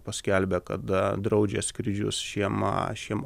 paskelbė kada draudžia skrydžius šiem šiem